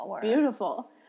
beautiful